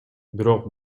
бирок